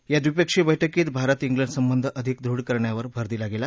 या द्विपक्षीय बैठकीत भारत उलंड संबध अधिक दुढ करण्यावर भर दिला गली